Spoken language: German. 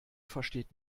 versteht